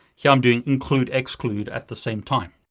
here i'm doing include exclude at the same time.